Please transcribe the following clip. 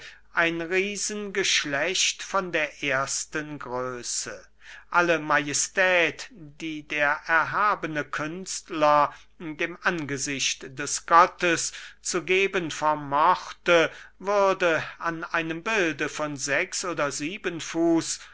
ein riesengeschlecht von der ersten größe alle majestät die der erhabene künstler dem angesicht des gottes zu geben vermochte würde an einem bilde von sechs oder sieben fuß